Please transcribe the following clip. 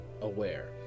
aware